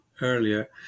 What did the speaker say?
Earlier